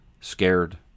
scared